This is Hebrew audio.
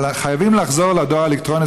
אבל חייבים לחזור לדואר הרגיל,